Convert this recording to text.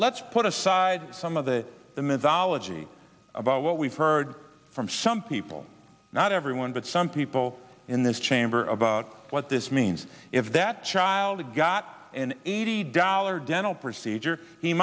let's put aside some of the ms ology about what we've heard from some people not everyone but some people in this chamber about what this means if that child got an eighty dollar dental procedure he